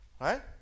right